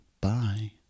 bye